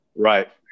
Right